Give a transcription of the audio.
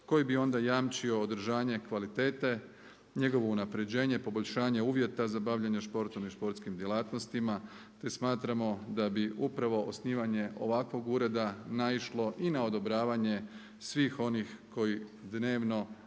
koji bi onda jamčio održanje kvalitete, njegovo unaprjeđenje, poboljšanje uvjeta za bavljenje športom i športskim djelatnostima te smatramo da bi upravo osnivanje ovakvog ureda naišlo i na odobravanje svih onih koji dnevno